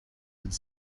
would